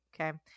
Okay